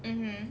mmhmm